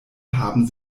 haben